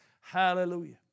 hallelujah